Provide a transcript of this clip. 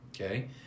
Okay